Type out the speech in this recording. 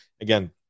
Again